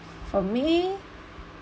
for me